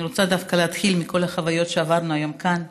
אני רוצה דווקא להתחיל מכל החוויות שעברנו כאן היום.